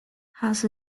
has